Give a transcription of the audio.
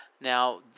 Now